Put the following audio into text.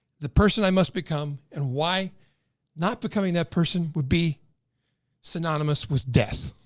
the person i must become, and why not becoming that person would be synonymous with death.